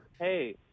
hey